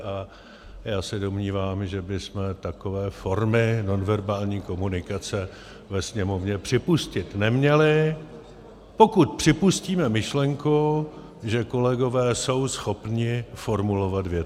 A já se domnívám, že bychom takové formy nonverbální komunikace ve Sněmovně připustit neměli, pokud připustíme myšlenku, že kolegové jsou schopni formulovat věty.